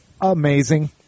Amazing